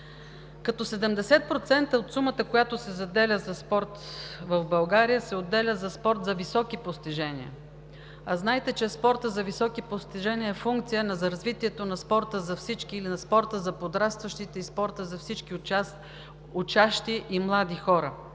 а 70% от сумата, която се заделя за спорт в България, се отделя за спорт за високи постижения. Знаете, че спортът за високи постижения е функция за развитието на спорта за всички или на спорта за подрастващите, спорта за всички учащи и млади хора.